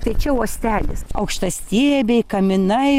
tai čia uostelis aukštastiebiai kaminai